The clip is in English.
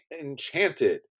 enchanted